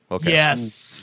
Yes